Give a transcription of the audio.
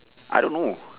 I don't know